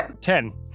Ten